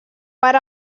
per